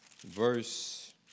Verse